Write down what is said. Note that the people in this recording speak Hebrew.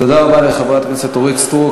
תודה רבה לחברת הכנסת אורית סטרוק.